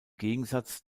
gegensatz